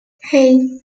hey